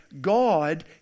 God